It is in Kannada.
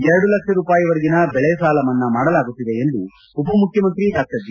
ಎರಡು ಲಕ್ಷ ರೂಪಾಯಿವರೆಗಿನ ಬೆಳೆ ಸಾಲ ಮನ್ನಾ ಮಾಡಲಾಗುತ್ತಿದೆ ಎಂದು ಉಪಮುಖ್ಯಮಂತ್ರಿ ಡಾ ಜಿ